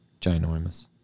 Ginormous